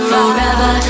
Forever